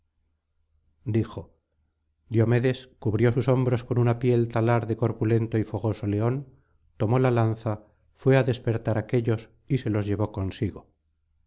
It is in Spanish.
dijo diomedes cubrió sus hombros cori una piel talar de corpulento y fogoso león tomó la lanza fué á despertar á aquéllos y se los llevó consigo